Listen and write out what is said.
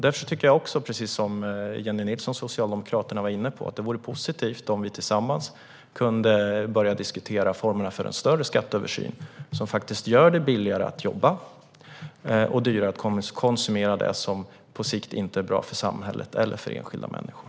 Därför tycker jag, precis som Jennie Nilsson från Socialdemokraterna var inne på, att det vore positivt om vi tillsammans kunde börja att diskutera formerna för en större skatteöversyn som gör det billigare att jobba och dyrare att konsumera det som på sikt inte är bra för samhället eller för enskilda människor.